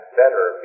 better